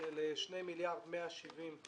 של שני מיליארד 139